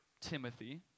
Timothy